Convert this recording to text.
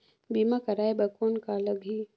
बीमा कराय बर कौन का लगही?